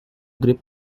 grip